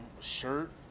shirt